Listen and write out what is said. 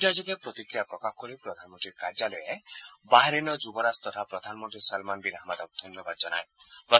টুইটাৰযোগে প্ৰতিক্ৰিয়া প্ৰকাশ কৰি প্ৰধানমন্তীৰ কাৰ্যালয়ে বাহৰেইনৰ যুৱৰাজ আৰু প্ৰধানমন্ত্ৰী ছলমান বিন হামাডক ধন্যবাদ জনাইছে